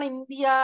India